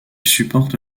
supporte